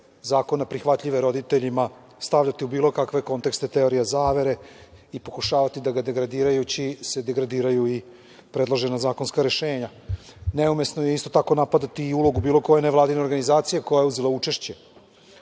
zakona prihvatljive roditeljima stavljati u bilo kakve kontekste teorija zavere i pokušavati da ga degradiraju, degradirajući se i degradiraju predložena zakonska rešenja. Neumesno je isto tako napadati i ulogu bilo koje nevladine organizacije koja je uzela učešće